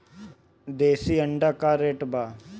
देशी अंडा का रेट बा?